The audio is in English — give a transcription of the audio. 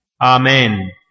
Amen